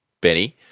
Benny